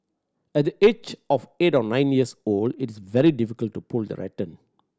at the age of eight or nine years old it was very difficult to pull the rattan